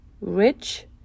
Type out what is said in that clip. rich